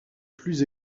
plus